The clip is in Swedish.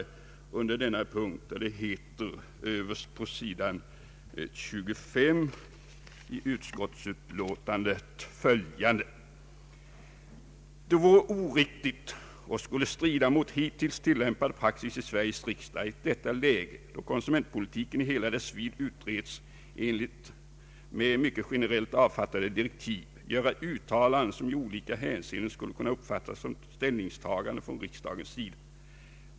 Vi anser det oriktigt och stridande mot hittills tillämpad praxis i Sveriges riksdag att i ett läge då konsumentpolitiken i hela dess vidd utreds i enlighet med mycket generellt avfattade direktiv göra uttalanden som i olika hänseenden skulle kunna uppfattas som ställningstaganden från riksdagens sida.